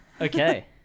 Okay